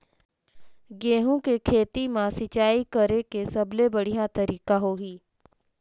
गंहू के खेती मां सिंचाई करेके सबले बढ़िया तरीका होही?